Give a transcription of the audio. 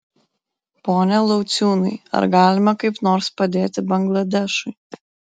pone lauciūnai ar galime kaip nors padėti bangladešui